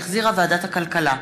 שהחזירה ועדת הכלכלה.